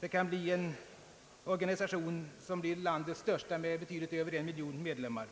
Det kan måhända bli en organisation som blir landets största med över en miljon medlemmar.